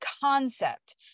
concept